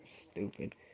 stupid